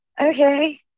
okay